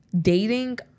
dating